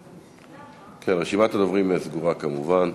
כן, רשימת הדוברים סגורה כמובן.